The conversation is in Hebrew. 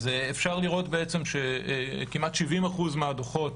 אפשר לראות שכמעט 70% מהדוחות